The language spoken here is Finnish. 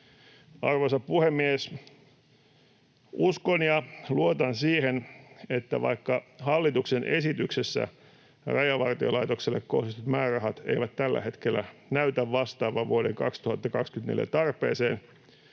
Arvoisa puhemies! Uskon ja luotan siihen, että vaikka hallituksen esityksessä Rajavartiolaitokselle kohdistetut määrärahat eivät tällä hetkellä näytä vastaavan vuoden 2024 tarpeeseen,